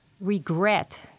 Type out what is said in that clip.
regret